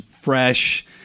fresh